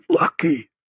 lucky